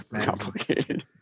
complicated